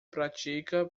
pratica